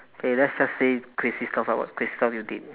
K let's just say crazy stuff ah what crazy stuff you did